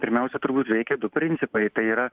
pirmiausia turbūt veikia du principai tai yra